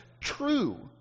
true